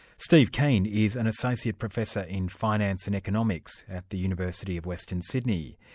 steve keen is an associate professor in finance and economics at the university of western sydney.